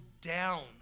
down